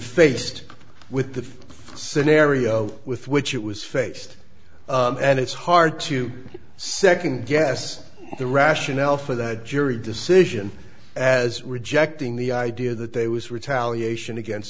faced with the scenario with which it was faced and it's hard to second guess the rationale for that jury decision as rejecting the idea that they was retaliation against